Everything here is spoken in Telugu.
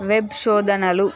వెబ్ శోధనలు